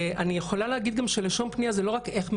אני יכולה להגיד גם שלשון פנייה היא לא רק איך מדברים,